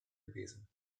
gewesen